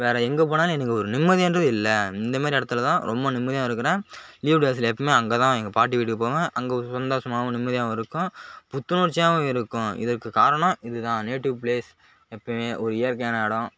வேறு எங்கேபோனாலும் எனக்கு ஒரு நிம்மதின்றதே இல்லை இந்தமாதிரி இடத்துலதான் ரொம்ப நிம்மதியாக இருக்குறேன் லீவ் டேஸ்ல எப்பயுமே அங்கேதான் எங்கள் பாட்டி வீட்டுக்கு போவேன் அங்கே சந்தோஷமாகவும் நிம்மதியாகவும் இருக்கும் புத்துணர்ச்சியாகவும் இருக்கும் இதற்கு காரணம் இதுதான் நேட்டிவ் பிளேஸ் எப்பயுமே ஒரு இயற்கையான இடோம்